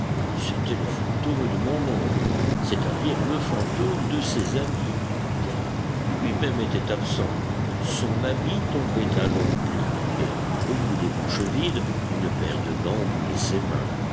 c'était le fantôme de mon oncle c'est-à-dire le fantôme de ses habits car lui-même était absent son habit tombait à longs plis et au bout des manches vides une paire de gants moulait ses mains